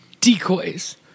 Decoys